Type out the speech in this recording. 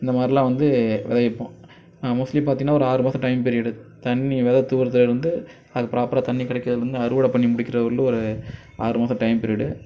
இந்த மாரிலாம் வந்து விதைவிப்போம் நான் மோஸ்ட்லி பார்த்திங்கன்னா ஒரு ஆறு மாதம் டைம் பிரியட் தண்ணி வித துவதுலருந்து அதுக்கு பிராப்பராக தண்ணி கிடைக்குறதுலேர்ந்து அறுவடை பண்ணி முடிக்கிற வரையிலும் ஆறு மாதம் டைம் பிரியட்